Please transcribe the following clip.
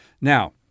Now